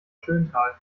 schöntal